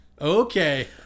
Okay